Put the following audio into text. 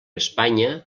espanya